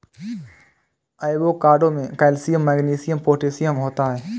avocado में calcium magnesium potassium होता है